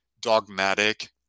dogmatic